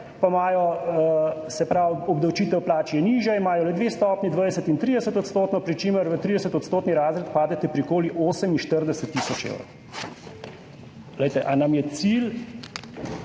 pa imajo, se pravi, obdavčitev plač je nižja, imajo le dve stopnji, 20 in 30 %, pri čemer v 30 % razred padete pri okoli 48 tisoč evrov. Glejte, a nam je cilj